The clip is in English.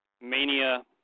Mania